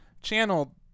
channel